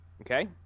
Okay